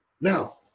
Now